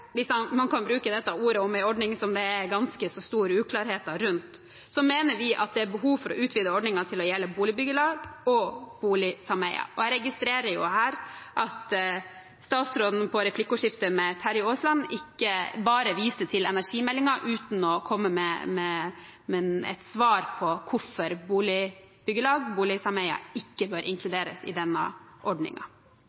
man kan bruke dette ordet om en ordning som det er ganske så store uklarheter rundt – mener vi at det er behov for å utvide ordningen til å gjelde boligbyggelag og boligsameier. Jeg registrerer her at statsråden i replikkordskifte med Terje Aasland bare viste til energimeldingen, uten å komme med et svar på hvorfor boligbyggelag og boligsameier ikke bør inkluderes i denne